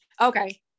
Okay